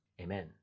amen